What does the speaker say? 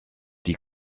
die